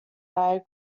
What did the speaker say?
eye